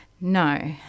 No